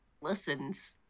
listens